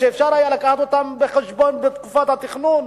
שאפשר היה לקחת אותם בחשבון בתקופת התכנון,